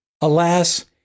Alas